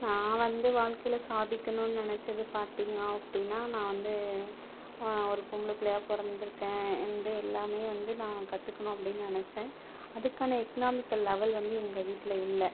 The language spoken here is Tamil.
நான் வந்து வாழ்க்கையில் சாதிக்கணும்னு நினைச்சது பார்த்தீங்க அப்டினா நான் வந்து ஒரு பொம்பளை பிள்ளையா பிறந்துருக்கேன் வந்து எல்லாமே வந்து நான் கற்றுக்கணும் அப்படினு நினைத்தேன் அதுக்கான எக்கனாமிக்கல் லெவல் வந்து எங்க வீட்டில் இல்லை